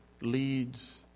leads